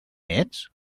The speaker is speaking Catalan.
ets